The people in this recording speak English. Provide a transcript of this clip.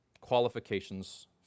qualifications